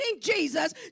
Jesus